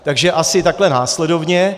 Takže asi takhle následovně.